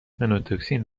مِنوتوکسین